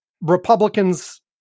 Republicans